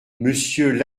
monsieur